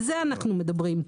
על זה אנחנו מדברים.